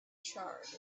charred